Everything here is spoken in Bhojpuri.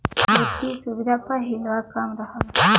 वित्तिय सुविधा प हिलवा कम रहल